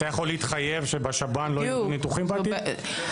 אתה יכול להתחייב שבשב"ן לא יירדו ניתוחים בהמשך?